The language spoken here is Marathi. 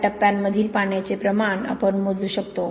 त्या टप्प्यांमधील पाण्याचे प्रमाण आपण मोजू शकतो